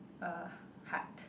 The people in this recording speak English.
uh heart